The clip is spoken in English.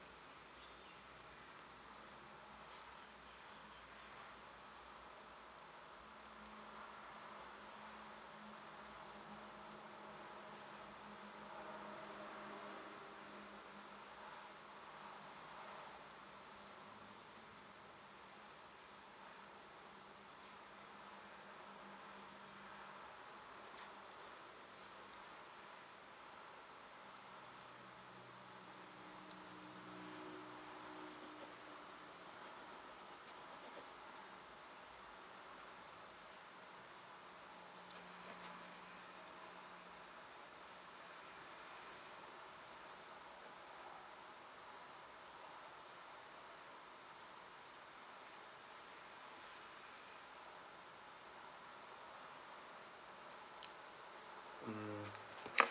mm